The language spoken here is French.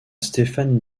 stéphane